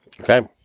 Okay